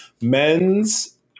men's